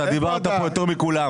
אתה דיברת פה יותר מכולם.